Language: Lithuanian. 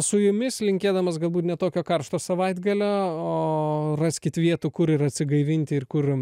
su jumis linkėdamas galbūt ne tokio karšto savaitgalio o raskit vietų kur ir atsigaivinti ir kur